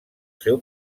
seu